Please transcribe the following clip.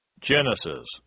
Genesis